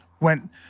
went